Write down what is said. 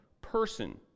person